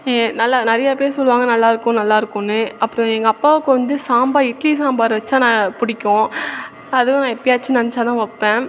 நல்லா நிறைய பேர் சொல்லுவாங்க நல்லாயிருக்கும் நல்லாயிருக்குனு அப்புறம் எங்கள் அப்பாவுக்கு வந்து சாம்பார் இட்லி சாம்பார் வச்சால் நான் பிடிக்கும் அதுவும் நான் எப்போயாச்சும் நினைச்சாதான் வைப்பேன்